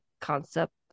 concept